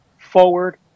forward